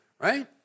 right